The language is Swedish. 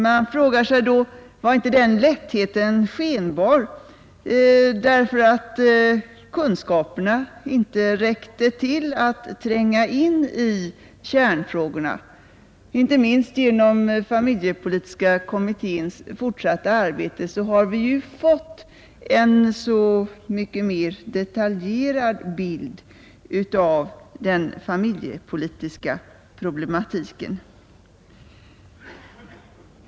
Man undrar då: Var inte den lättheten skenbar, därför att kunskaperna inte räckte till att tränga in i kärnfrågorna? Inte minst genom familjepolitiska kommitténs fortsatta arbete har vi ju fått en så mycket mer detaljerad bild av den familjepolitiska problematiken.